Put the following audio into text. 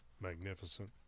Magnificent